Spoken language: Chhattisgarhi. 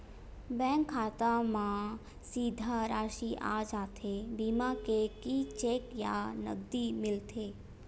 बैंक खाता मा सीधा राशि आ जाथे बीमा के कि चेक या नकदी मिलथे?